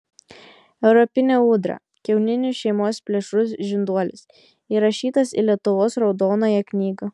europinė ūdra kiauninių šeimos plėšrus žinduolis įrašytas į lietuvos raudonąją knygą